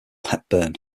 hepburn